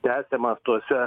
tęsiamas tuose